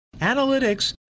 analytics